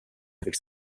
avec